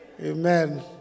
Amen